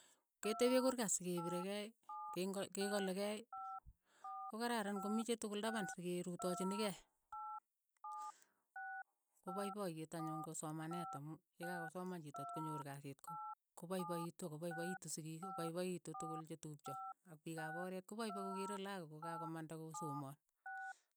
Ketepee kurkat se kepirekei. ke ngo ke kolekei, ko kararan komii che tokol tapan se kee rutonyini kei, ko paipaiyet anyun ko somaneet amu ye ka kosoman chiito tkonyoor kasiit ko- kopaipaitu ako paipaitu sikiik ko paipaitu tokol che tupcho ak piik ap oreet ko paipoi ko keere ko kakomanda ko somaan.